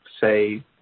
say